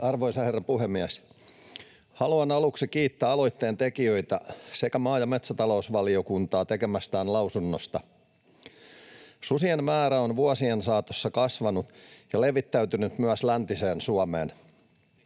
Arvoisa herra puhemies! Haluan aluksi kiittää aloitteen tekijöitä sekä maa- ja metsätalousvaliokuntaa tekemästään lausunnosta. Susien määrä on vuosien saatossa kasvanut ja levittäytynyt myös läntiseen Suomeen.